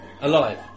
alive